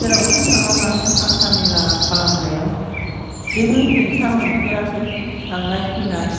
जेरावखि थाङा मानो हान्था मेला खालामनायाव जेबो हेंथा मोनफेराखै थांनाय फैनाय